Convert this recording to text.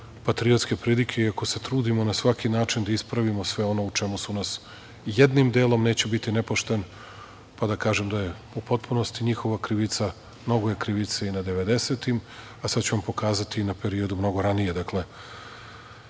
patriotske pridike, iako se trudimo na svaki način da ispravimo sve ono o čemu su nas jednim delom, neću biti nepošten, pa da kažem da je u potpunosti njihova krivica, mnogo je krivice i na devedesetim, a sad ću vam pokazati i na periodu mnogo ranije. Dakle,